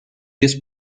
diez